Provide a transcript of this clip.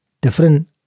different